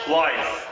life